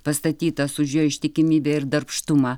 pastatytas už jo ištikimybę ir darbštumą